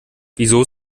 wieso